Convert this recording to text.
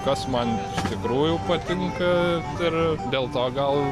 kas man iš tikrųjų patinka ir dėl to gal